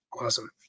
Awesome